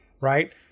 right